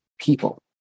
people